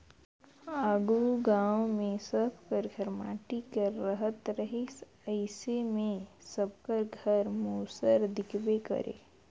आघु गाँव मे सब कर घर माटी कर रहत रहिस अइसे मे सबकर घरे मूसर दिखबे करे